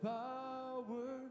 power